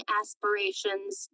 aspirations